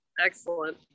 Excellent